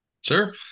sure